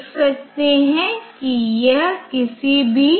तो 0 1 least significant दो पदों पर आता है